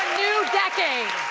decade.